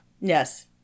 Yes